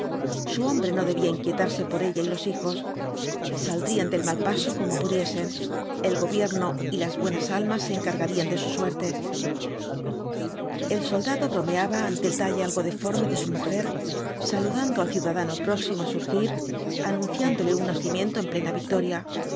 su hombre no debía inquietarse por ella y los hijos saldrían del mal paso como pudiesen el gobierno y las buenas almas se encargarían de su suerte el soldado bromeaba ante el talle algo deforme de su mujer saludando al ciudadado próximo á surgir anunciándole un nacimiento en plena victoria